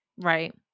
Right